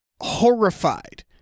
horrified